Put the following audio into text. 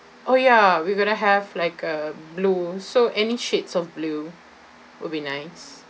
oh ya we're going to have like uh blue so any shades of blue will be nice